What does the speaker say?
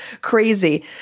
crazy